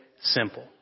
simple